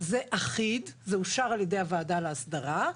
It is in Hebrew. זה אחיד, זה אושר על ידי הוועדה להסדרה.